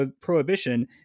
prohibition